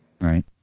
right